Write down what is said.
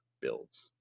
builds